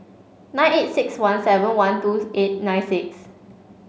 nine eight six one seven one two eight nine six